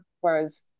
whereas